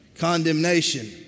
condemnation